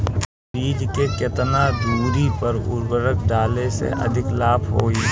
बीज के केतना दूरी पर उर्वरक डाले से अधिक लाभ होई?